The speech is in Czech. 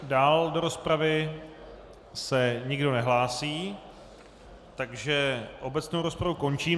Dál do rozpravy se nikdo nehlásí, takže obecnou rozpravu končím.